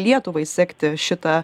lietuvai sekti šitą